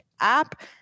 app